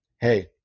hey